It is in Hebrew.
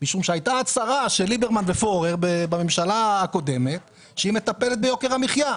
הצהרה של ליברמן ופורר בממשלה הקודמת על כך שהממשלה מטפלת ביוקר המחייה.